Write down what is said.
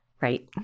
Right